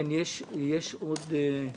בסדר, יש עוד יושב-ראש.